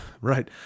Right